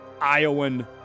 Iowan